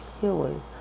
healing